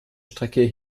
strecke